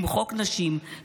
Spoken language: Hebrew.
למחוק נשים,